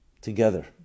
together